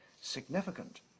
significant